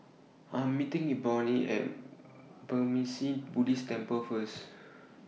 I Am meeting Ebony At Burmese Buddhist Temple First